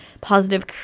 positive